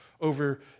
over